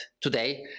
today